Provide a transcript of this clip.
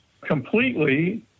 completely